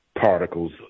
particles